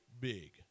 big